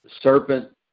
serpent